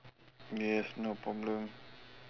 yes no problem